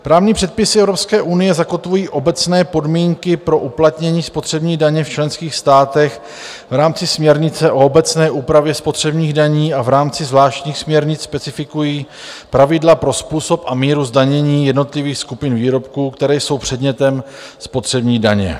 Právní předpisy Evropské unie zakotvují obecné podmínky pro uplatnění spotřební daně v členských státech v rámci směrnice o obecné úpravě spotřebních daní a v rámci zvláštních směrnic specifikují pravidla pro způsob a míru zdanění jednotlivých skupin výrobků, které jsou předmětem spotřební daně.